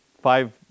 five